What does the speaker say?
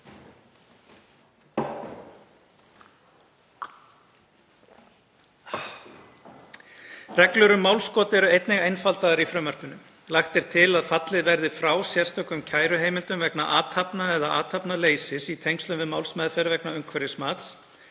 Reglur um málskot eru einnig einfaldaðar í frumvarpinu. Lagt er til að fallið verði frá sérstökum kæruheimildum vegna athafna eða athafnaleysis í tengslum við málsmeðferð vegna umhverfismats